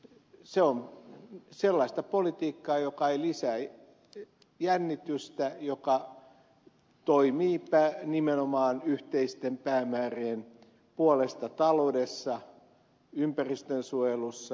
se on sellaista politiikkaa joka ei lisää jännitystä ja joka toimii nimenomaan yhteisten päämäärien puolesta taloudessa ympäristönsuojelussa